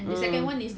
mm